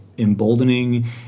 Emboldening